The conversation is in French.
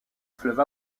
fleuve